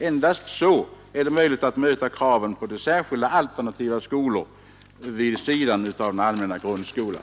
Endast då är det möjligt att möta kraven på särskilda alternativa skolor vid sidan av den allmänna grundskolan.